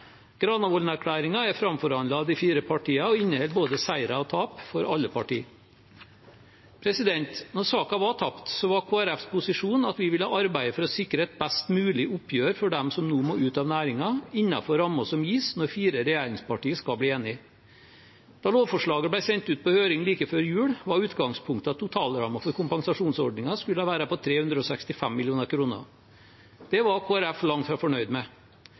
er framforhandlet av de fire partiene og inneholder både seiere og tap for alle partier. Når saken var tapt, var Kristelig Folkepartis posisjon at vi ville arbeide for å sikre et best mulig oppgjør for dem som nå må ut av næringen – innenfor rammene som gis når fire regjeringspartier skal bli enige. Da lovforslaget ble sendt ut på høring like før jul, var utgangspunktet at totalrammen for kompensasjonsordningen skulle være på 365 mill. kr. Det var Kristelig Folkeparti langt fra fornøyd med.